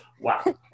Wow